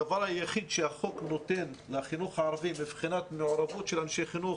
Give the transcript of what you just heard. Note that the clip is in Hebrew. הדבר היחיד שהחוק נותן לחינוך הערבי מבחינת מעורבות של אנשי חינוך,